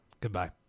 Goodbye